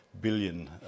billion